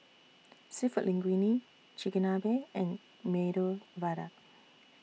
Seafood Linguine Chigenabe and Medu Vada